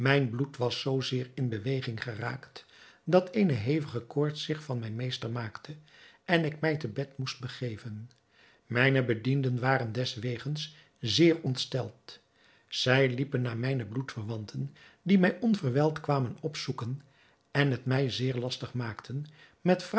bloed was zoo zeer in beweging geraakt dat eene hevige koorts zich van mij meester maakte en ik mij te bed moest begeven mijne bedienden waren deswegens zeer ontsteld zij liepen naar mijne bloedverwanten die mij onverwijld kwamen opzoeken en het mij zeer lastig maakten met